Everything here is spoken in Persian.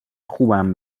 خوبم